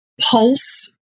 pulse